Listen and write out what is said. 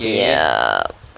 ya